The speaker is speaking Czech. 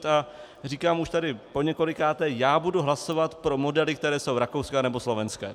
A říkám už tady poněkolikáté, já budu hlasovat pro modely, které jsou rakouské anebo slovenské.